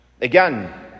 Again